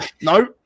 No